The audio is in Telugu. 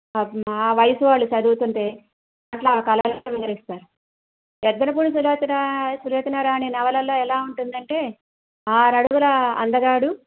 ఆ వయసు వాళ్ళు చదువుతుంటే యద్దనపూడి సులోచన సులోచన రాణి నవలల్లో ఎలా ఉంటుందంటే ఆరడుగుల అందగాడు